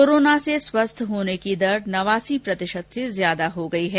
corona से ठीक होने की दर नवासी प्रतिशत से अधिक हो गई है